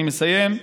אני מסיים.